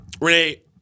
Renee